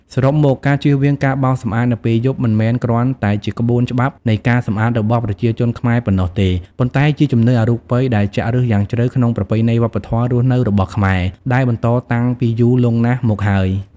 សរុបមក ការជៀសវាងការបោសសម្អាតនៅពេលយប់ មិនមែនគ្រាន់តែជាក្បួនច្បាប់នៃការសម្អាតរបស់ប្រជាជនខ្មែរប៉ុណ្ណោះទេ ប៉ុន្តែជាជំនឿអរូបិយដែលចាក់ឬសយ៉ាងជ្រៅក្នុងប្រពៃណីវប្បធម៌រស់នៅរបស់ខ្មែរ ដែលបន្តតាំងពីយូរលង់ណាស់មកហើយ។